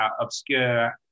obscure